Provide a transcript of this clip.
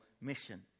mission